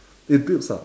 it builds up